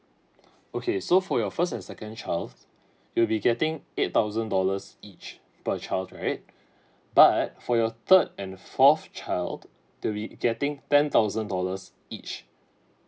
okay so for your first and second child you will be getting eight thousand dollars each per child right but for your third and fourth child they'll be getting ten thousand dollars each